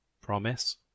Promise